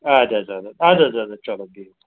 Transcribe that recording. اَدٕ حظ اَدٕ حظ اَدٕ حظ چلو بِہِو خدایَس